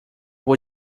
vou